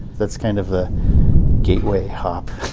that's kind of the gateway hop.